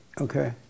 Okay